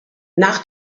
nach